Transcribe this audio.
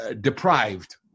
deprived